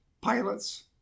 pilot's